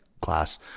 class